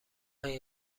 این